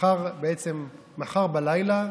מחר בעצם, מחר בלילה,